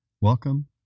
welcome